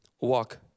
walk